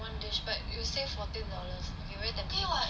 one dish but you save fourteen dollars you waited